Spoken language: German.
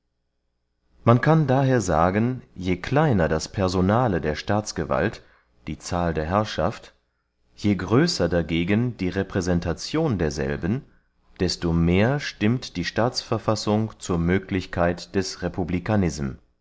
man kann daher sagen je kleiner das personale der staatsgewalt die zahl der herrscher je größer dagegen die repräsentation derselben desto mehr stimmt die staatsverfassung zur möglichkeit des